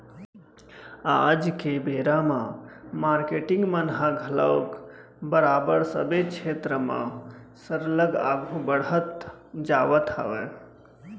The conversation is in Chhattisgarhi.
आज के बेरा म मारकेटिंग मन ह घलोक बरोबर सबे छेत्र म सरलग आघू बड़हत जावत हावय